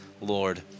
Lord